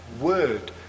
word